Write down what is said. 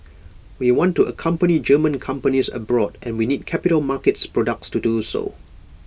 we want to accompany German companies abroad and we need capital markets products to do so